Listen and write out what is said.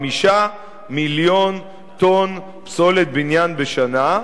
5 מיליון טונות פסולת בניין בשנה,